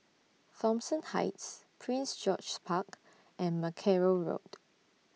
Thomson Heights Prince George's Park and Mackerrow Road